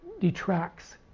detracts